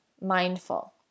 mindful